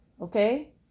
Okay